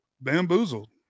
bamboozled